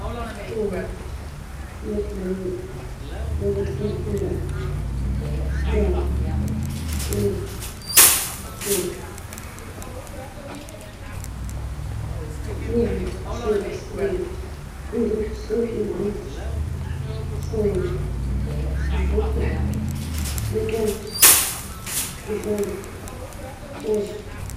أول ذكرى كانت وقت اللعب في حديقة المنزل، الركض خلف الطيور واللعب بالرمال، كانت بسيطة ومليئة بالبراءة.